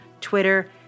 Twitter